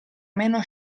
meno